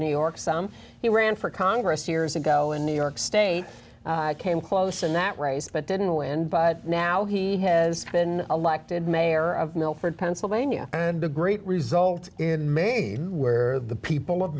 new york some he ran for congress years ago in new york state came close in that race but didn't win but now he has been elected mayor of milford pennsylvania and a great result in maine where the people of